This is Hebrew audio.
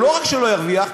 לא רק שלא ירוויח,